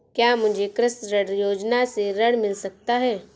क्या मुझे कृषि ऋण योजना से ऋण मिल सकता है?